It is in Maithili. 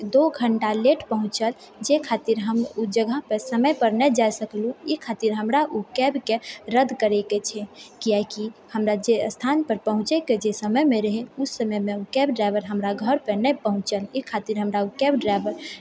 दो घण्टा लेट पहुँचल जे खातिर हम ओ जगह पर समय पर नहि जा सकलहु ई खातिर हमरा ओ कैबके रद्द करयके छै किआकि हमरा जे स्थान पर पहुँचेके जे समयमे रहय उससमयमे ओ कैब ड्राइवर हमरा घर पर नहि पहुँचल ई खातिर हमरा ओ कैब ड्राइवर